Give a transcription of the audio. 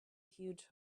huge